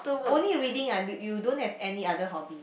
only reading ah you don't have any other hobby